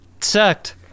sucked